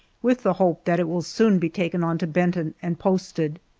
with the hope that it will soon be taken on to benton and posted.